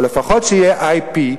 אבל לפחות שיהיה IP,